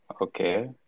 Okay